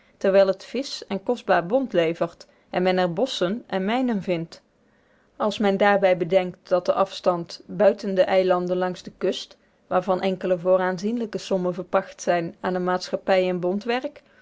terwijl het visch en kostbaar bont levert en men er bosschen en mijnen vindt als men daarbij bedenkt dat de afstand buiten de eilanden langs de kust waarvan enkele voor aanzienlijke sommen verpacht zijn aan eene maatschappij in bontwerk ook